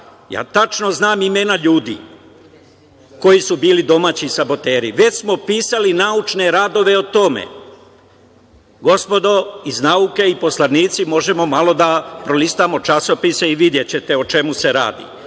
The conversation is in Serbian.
Tačno znam imena ljudi koji su bili domaći saboteri. Već smo pisali naučne radove o tome. Gospodo iz nauke i poslanici, možemo malo da prelistamo časopise i videćete o čemu se radi,